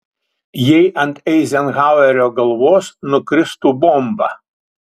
jei ant eizenhauerio galvos nukristų bomba